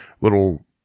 little